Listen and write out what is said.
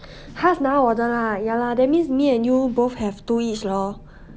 拿我的 lah ya lah that means me and you both have two each lor